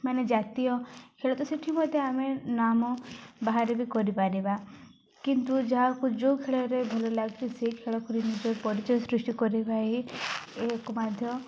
ମାନେ ଜାତୀୟ ଖେଳ ତ ସେଠି ମଧ୍ୟ ଆମେ ନାମ ବାହାରେ ବି କରିପାରିବା କିନ୍ତୁ ଯାହାକୁ ଯେଉଁ ଖେଳରେ ଭଲ ଲାଗୁଛି ସେଇ ଖେଳକୁ ନିଜ ପରିଚୟ ସୃଷ୍ଟି କରିବା ହିଁ ଏହାକୁ ମଧ୍ୟ